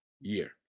year